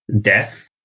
death